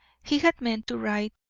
he had meant to ride,